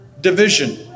division